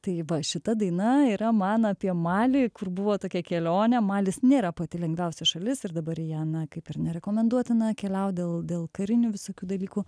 tai va šita daina yra man apie malį kur buvo tokia kelionė malis nėra pati lengviausia šalis ir dabar į ją na kaip ir nerekomenduotina keliaut dėl dėl karinių visokių dalykų